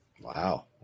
Wow